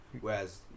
whereas